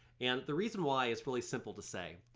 and the reason why is really simple to say.